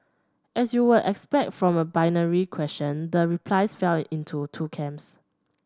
as you would expect from a binary question the replies fell into two camps